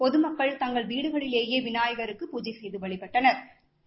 பொதுமக்கள் தங்கள் வீடுகளிலேயே விநாயகருக்கு பூஜை செய்து வழிபட்டனா்